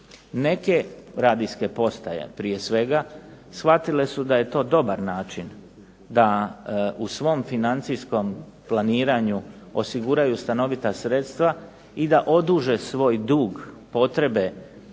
Neke radijske postaje prije svega shvatile su da je to dobar način da u svom financijskom planiranju osiguraju stanovita sredstva i da oduže svoj dug potrebe